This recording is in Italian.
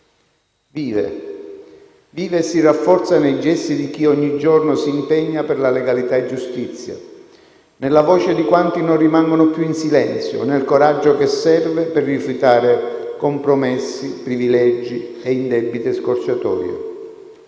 Vive. Vive e si rafforza nei gesti di chi ogni giorno si impegna per la legalità e la giustizia, nella voce di quanti non rimangono più in silenzio, nel coraggio che serve per rifiutare compromessi, privilegi e indebite scorciatoie.